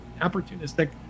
opportunistic